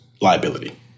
liability